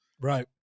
Right